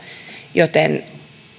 joten